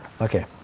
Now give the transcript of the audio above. Okay